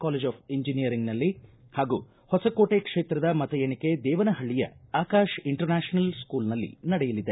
college of ಇಂಜಿನಿಯರಿಂಗ್ನಲ್ಲಿ ಹಾಗೂ ಹೊಸಕೋಟೆ ಕ್ಷೇತ್ರದ ಮತ ಎಣಿಕೆ ದೇವನಹಳ್ಳಿಯ ಆಕಾಶ್ ಇಂಟರ್ನ್ಯಾಪಲ್ ಸ್ಕೂಲ್ನಲ್ಲಿ ನಡೆಯಲಿದೆ